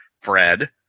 Fred